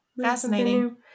Fascinating